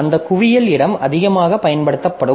அந்த குவியல் இடம் அதிகமாகப் பயன்படுத்தப்படும்